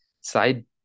side